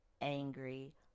angry